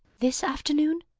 this afternoon?